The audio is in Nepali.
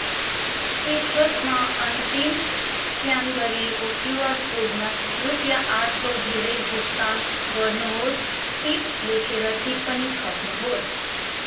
सिट्रसमा अन्तिम स्क्यान गरिएको क्युआर कोडमा रुपियाँ आठ सौ धेरै भुक्तान गर्नुहोस् टिप लेखेर टिप्पणी थप्नुहोस्